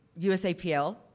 USAPL